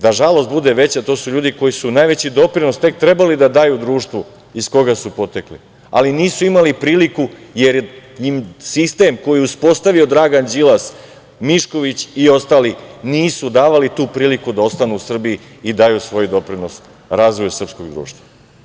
Da žalost bude veća, to su ljudi koji su najveći doprinos tek trebali da daju društvu iz koga su potekli, ali nisu imali priliku, jer im sistem koji je uspostavio Dragan Đilas, Mišković i ostali nisu davali tu priliku da ostanu u Srbiji i daju svoj doprinos razvoju srpskog društva.